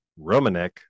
Romanek